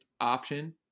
option